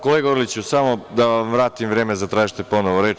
Kolega Orliću, samo da vam vratim vreme, zatražite ponovo reč.